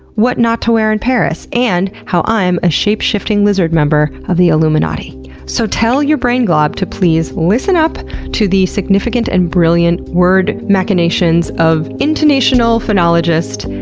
what not to wear in paris and how i'm a shape-shifting lizard member of the illuminati so, tell your brain-glob to please listen up to the significant and brilliant word machinations of intonational phonologist,